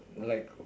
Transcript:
like